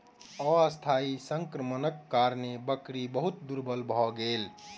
अस्थायी संक्रमणक कारणेँ बकरी बहुत दुर्बल भ गेल